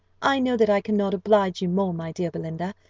i know that i cannot oblige you more, my dear belinda,